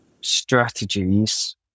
strategies